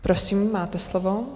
Prosím, máte slovo.